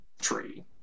tree